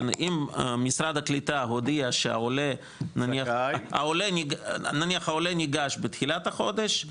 אם משרד הקליטה הודיע שנניח העולה ניגש בתחילת החודש,